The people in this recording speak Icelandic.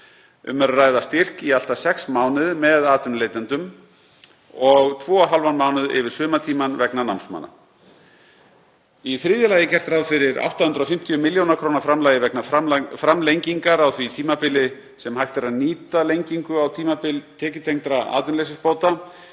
Um er að ræða styrk í allt að sex mánuði með atvinnuleitendum og tvo og hálfan mánuð yfir sumartímann vegna námsmanna. Í þriðja lagi er gert ráð fyrir 850 millj. kr. framlagi vegna framlengingar á því tímabili sem hægt er nýta lengingu á tímabili tekjutengdra atvinnuleysisbóta.